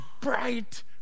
bright